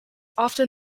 often